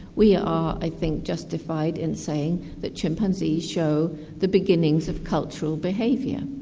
we are i think justified in saying that chimpanzees show the beginnings of cultural behaviour.